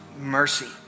mercy